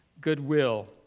goodwill